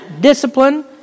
discipline